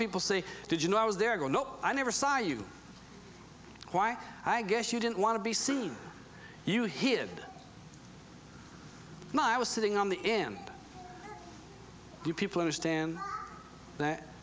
people say did you know i was there girl no i never saw you why i guess you didn't want to be seen you hid my i was sitting on the end you people understand that